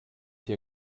hier